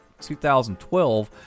2012